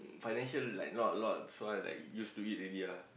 financial like not a lot so I like used to it already ah